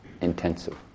intensive